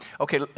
Okay